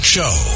Show